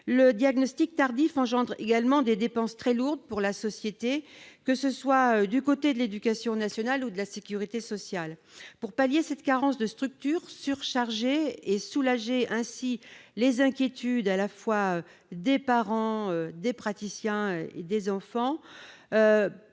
Un diagnostic tardif engendre également des dépenses très lourdes pour la société, au travers de l'éducation nationale ou de la sécurité sociale. Pour pallier cette carence de structures surchargées et soulager les inquiétudes des parents, des enfants et des